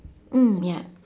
mm ya